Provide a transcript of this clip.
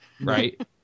Right